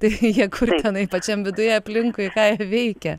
tai jie kur tenai pačiam viduje aplinkui ką jie veikia